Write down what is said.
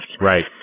Right